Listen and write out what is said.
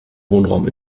wohnraum